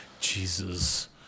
Jesus